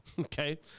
okay